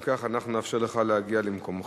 אם כך, אנחנו נאפשר לך להגיע למקומך,